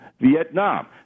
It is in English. Vietnam